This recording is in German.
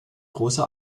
große